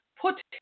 put